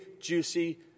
juicy